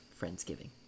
Friendsgiving